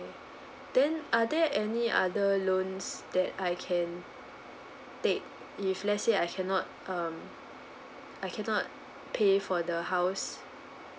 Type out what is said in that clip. then are there any other loans that I can take if let's say I cannot um I cannot pay for the house